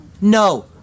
No